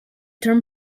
term